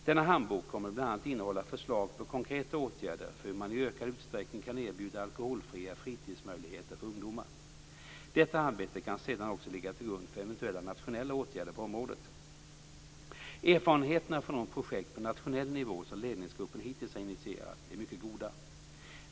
Denna handbok kommer bl.a. att innehålla förslag på konkreta åtgärder för hur man i ökad utsträckning kan erbjuda alkoholfria fritidsmöjligheter för ungdomar. Detta arbete kan sedan också ligga till grund för eventuella nationella åtgärder på området. Erfarenheterna från de projekt på nationell nivå som ledningsgruppen hittills har initierat är mycket goda.